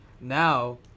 now